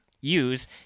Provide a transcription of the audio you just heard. use